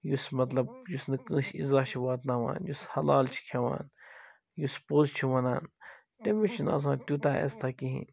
یُس مَطلَب یُس نہٕ کٲنٛسہِ اِزاہ چھُ واتناوان یُس حلال چھُ کھٮ۪وان یُس پوٚز چھُ وَنان تٔمِس چھُ نہٕ آسان تیٛوٗتاہ عزتھاہ کِہیٖنٛۍ